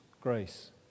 grace